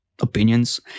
opinions